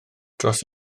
dros